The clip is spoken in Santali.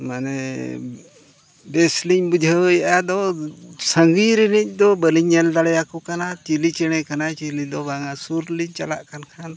ᱢᱟᱱᱮ ᱵᱮᱥ ᱞᱤᱧ ᱵᱩᱡᱷᱟᱹᱣᱮᱫᱟ ᱟᱫᱚ ᱥᱟᱺᱜᱤᱧ ᱨᱮᱱᱤᱡ ᱫᱚ ᱵᱟᱹᱞᱤᱧ ᱧᱮᱞ ᱫᱟᱲᱮᱭᱟ ᱠᱚ ᱠᱟᱱᱟ ᱪᱤᱞᱤ ᱪᱮᱬᱮ ᱠᱟᱱᱟᱭ ᱪᱤᱞᱤ ᱫᱚ ᱵᱟᱝ ᱟᱭ ᱥᱩᱨ ᱞᱤᱧ ᱪᱟᱞᱟᱜ ᱠᱟᱱ ᱠᱷᱟᱱ